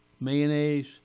mayonnaise